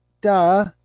Duh